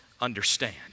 understand